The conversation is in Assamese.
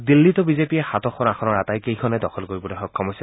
দিল্লীতো বিজেপিয়ে সাতোখন আসনৰ আটাইকেইখনে দখল কৰিবলৈ সক্ষম হৈছে